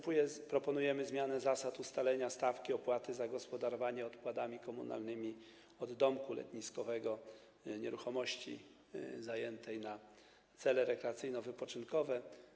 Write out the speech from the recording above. Proponujemy również zmianę zasad ustalania stawki opłaty za gospodarowanie odpadami komunalnymi od domku letniskowego, nieruchomości zajętej na cele rekreacyjno-wypoczynkowe.